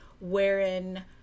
wherein